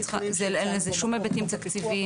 אין לזה שום היבטים תקציביים.